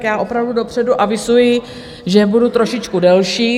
Já opravdu dopředu avizuji, že budu trošičku delší.